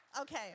Okay